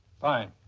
fine,